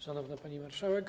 Szanowna Pani Marszałek!